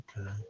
okay